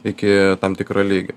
iki tam tikro lygio